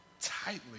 tightly